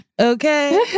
Okay